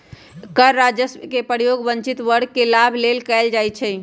कर राजस्व के प्रयोग वंचित वर्ग के लाभ लेल कएल जाइ छइ